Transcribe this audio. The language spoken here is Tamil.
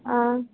ஆ